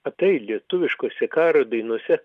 atai lietuviškose karo dainose